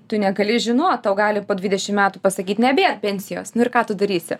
tu negali žinot tau gali po dvidešimt metų pasakyt nebėr pensijos nu ir ką tu darysi